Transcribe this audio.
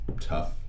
tough